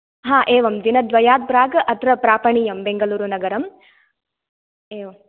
हा एवं दिनद्वयात् प्राक् अत्र प्रापणियं बेंगळुरुनगरं एवम्